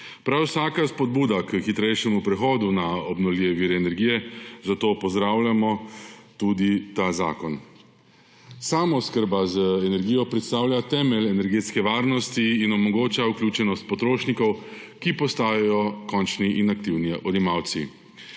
Prav vsaka spodbuda k hitrejšemu prehodu na obnovljive vire energije. Zato pozdravljamo tudi ta zakon. Samooskrba z energijo predstavlja temelj energetske varnosti in omogoča vključenost potrošnikov, ki postajajo končni in aktivni odjemalci.